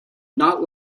not